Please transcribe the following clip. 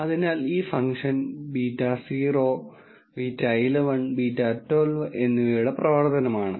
അതിനാൽ ഈ ഫംഗ്ഷൻ β0 β11 β12 എന്നിവയുടെ പ്രവർത്തനമാണ്